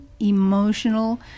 emotional